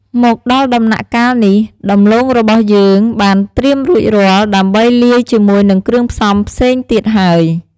មកដល់ដំណាក់កាលនេះ ដំឡូងរបស់យើងបានត្រៀមរួចរាល់ ដើម្បីលាយជាមួយនឹងគ្រឿងផ្សំផ្សេងទៀតហើយ។